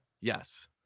Yes